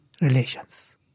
relations